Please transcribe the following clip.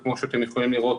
וכמו שאתם יכולים לראות,